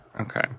Okay